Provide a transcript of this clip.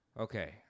Okay